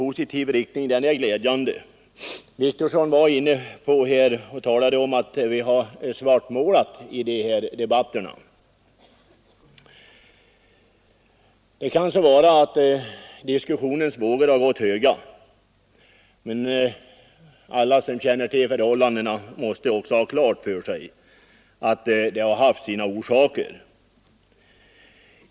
Herr Wictorsson sade att vi i debatterna har svartmålat läget. Det är riktigt att diskussionens vågor har gått höga, men alla som känner till förhållandena måste ha klart för sig att det har haft sina orsaker.